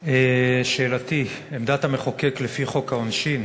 שאלתי: עמדת המחוקק לפי חוק העונשין